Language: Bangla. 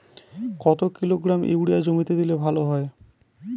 কত কিলোগ্রাম ইউরিয়া জমিতে দিলে ভালো হয়?